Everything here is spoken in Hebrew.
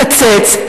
קצץ,